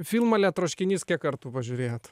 filmą lia troškinys kiek kartų pažiūrėjot